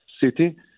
city